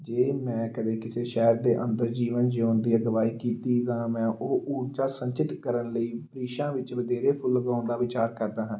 ਜੇ ਮੈਂ ਕਦੇ ਕਿਸੇ ਸ਼ਹਿਰ ਦੇ ਅੰਦਰ ਜੀਵਨ ਜਿਊਣ ਦੀ ਅਗਵਾਈ ਕੀਤੀ ਤਾਂ ਮੈਂ ਉਹ ਉੱਚਾ ਸੰਚਿਤ ਕਰਨ ਲਈ ਦੇਸ਼ਾਂ ਵਿੱਚ ਵਧੇਰੇ ਫੁੱਲ ਉਗਾਉਣ ਦਾ ਵਿਚਾਰ ਕਰਦਾ ਹਾਂ